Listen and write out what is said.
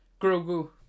Grogu